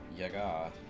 Yaga